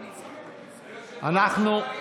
לא.